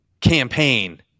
campaign